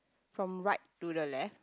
from right to the left